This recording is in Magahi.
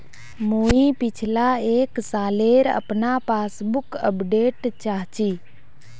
मुई पिछला एक सालेर अपना पासबुक अपडेट चाहची?